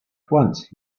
once